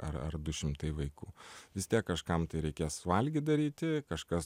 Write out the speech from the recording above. ar ar du šimtai vaikų vis tiek kažkam tai reikės valgyt daryti kažkas